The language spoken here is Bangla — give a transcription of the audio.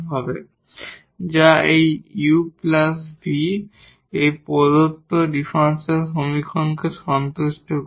যা এই u প্লাস v প্রদত্ত ডিফারেনশিয়াল সমীকরণকে সন্তুষ্ট করে